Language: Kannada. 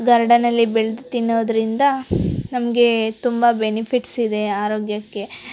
ಗಾರ್ಡನಲ್ಲಿ ಬೆಳೆದು ತಿನ್ನೋದರಿಂದ ನಮಗೆ ತುಂಬ ಬೆನಿಫಿಟ್ಸ್ ಇದೆ ಆರೋಗ್ಯಕ್ಕೆ